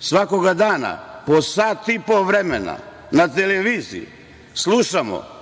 svakog dana po sat i po vremena na televiziji slušamo